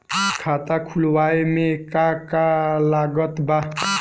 खाता खुलावे मे का का लागत बा?